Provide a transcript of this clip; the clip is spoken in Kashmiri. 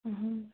اہن حٲز